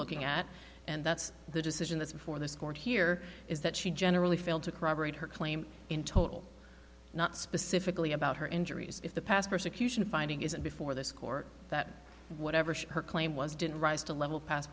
looking at and that's the decision that's before this court here is that she generally failed to corroborate her claim in total not specifically about her injuries if the past persecution finding isn't before this court that whatever her claim was didn't rise to level pas